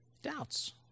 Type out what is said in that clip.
Doubts